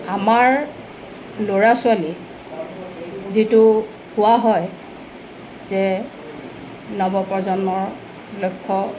আমাৰ ল'ৰা ছোৱালী যিটো কোৱা হয় যে নৱপ্ৰজন্মৰ লক্ষ্য